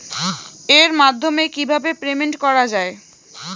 এর মাধ্যমে কিভাবে পেমেন্ট করা য়ায়?